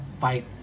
fight